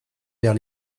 vers